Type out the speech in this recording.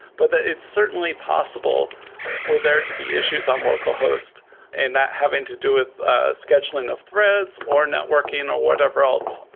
but it's certainly possible for there to be issues on local host and that having to do with scheduling of threads, or networking, or whatever else.